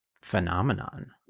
phenomenon